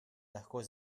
lahko